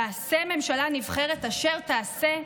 תעשה ממשלה נבחרת אשר תעשה,